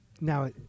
now